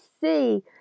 see